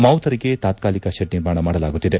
ಮಾವುತರಿಗೆ ತಾತ್ಕಾಲಿಕ ಶೆಡ್ ನಿರ್ಮಾಣ ಮಾಡಲಾಗುತ್ತಿದೆ